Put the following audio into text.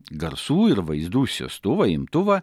garsų ir vaizdų siųstuvą imtuvą